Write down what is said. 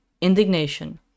indignation